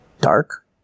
Dark